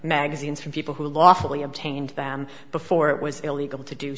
magazines from people who lawfully obtained them before it was illegal to do